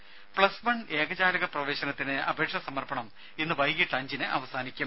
രുദ plus one ഏക ജാലക പ്രവേശനത്തിന് അപേക്ഷ സമർപ്പണം ഇന്ന് വൈകീട്ട് അഞ്ചിന് അവസാനിക്കും